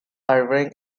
irving